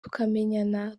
tukamenyana